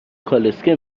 کالسکه